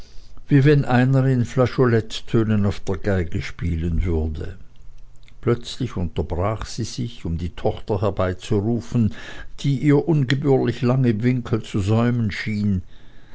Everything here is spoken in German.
wie wenn einer in flageolettönen auf der geige spielen würde plötzlich unterbrach sie sich um die tochter herbeizurufen die ihr ungebührlich lang im winkel zu säumen schien